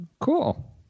cool